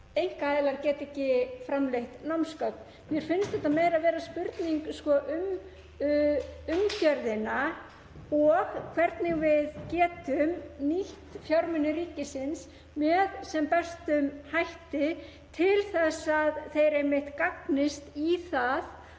einkaaðilar geti ekki framleitt námsgögn. Mér finnst þetta meira vera spurning um umgjörðina og hvernig við getum nýtt fjármuni ríkisins með sem bestum hætti til að þeir gagnist einmitt í það